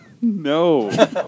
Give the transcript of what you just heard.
No